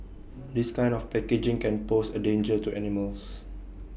this kind of packaging can pose A danger to animals